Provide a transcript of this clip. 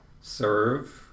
serve